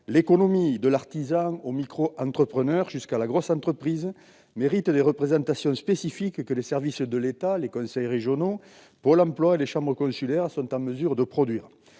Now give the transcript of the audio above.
L'économie, de l'artisan au micro-entrepreneur jusqu'à la grosse entreprise, mérite des représentations spécifiques, que les services de l'État, les conseils régionaux, Pôle Emploi et les chambres consulaires sont en mesure de produire.